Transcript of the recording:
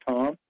Tom